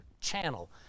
channel